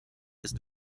ist